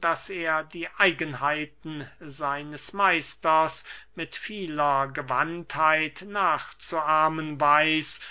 daß er die eigenheiten seines meisters mit vieler gewandtheit nachzuahmen weiß